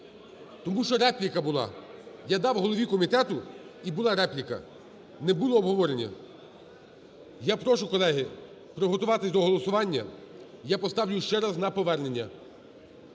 тому що репліка була. Я дам голові комітету, і була репліка, не було обговорення. Я прошу, колеги, підготуватись до голосування я поставлю ще раз на повернення.